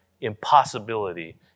impossibility